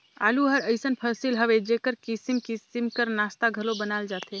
आलू हर अइसन फसिल हवे जेकर किसिम किसिम कर नास्ता घलो बनाल जाथे